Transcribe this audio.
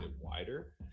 wider